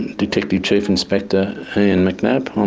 detective chief inspector ian mcnab, um